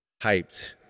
hyped